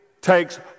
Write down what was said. takes